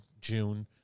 june